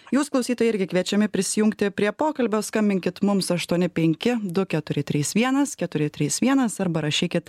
jūs klausytojai irgi kviečiami prisijungti prie pokalbio skambinkit mums aštuoni penki du keturi trys vienas keturi trys vienas arba rašykit